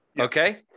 Okay